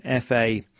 FA